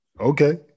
Okay